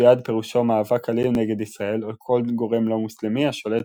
ג'יהאד פירושו מאבק אלים נגד ישראל או כל גורם לא-מוסלמי השולט